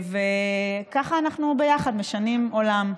וככה אנחנו ביחד משנים עולם.